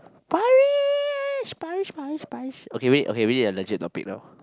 Parish Parish Parish Parish okay we need okay we need a legit topic now